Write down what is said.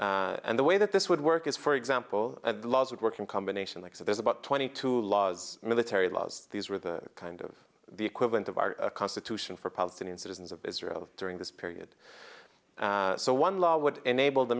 hands and the way that this would work is for example laws would work in combination like so there's about twenty two laws military laws these are the kind of the equivalent of our constitution for palestinian citizens of israel during this period so one law would enable the